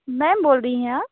ma'am बोल रही हैं आप